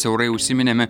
siaurai užsiminėme